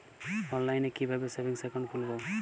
অনলাইনে কিভাবে savings account খুলবো?